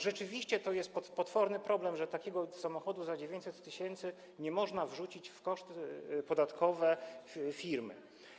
Rzeczywiście to jest potworny problem, że takiego samochodu za 900 tys. nie można wrzucić w koszty podatkowe firmy.